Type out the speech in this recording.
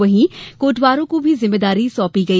वहीं कोटवारों को भी जिम्मेदारी सौंपी गई